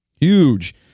Huge